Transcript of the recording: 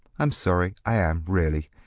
i'm sorry, i am, really.